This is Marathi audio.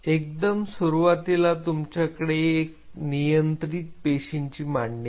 एकदम सुरुवातीला तुमच्याकडे एक नियंत्रित पेशींची मांडणी आहे